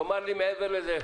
תאמר לי מעבר לזה.